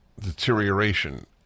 deterioration